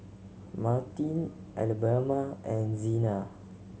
Martine Alabama and Zena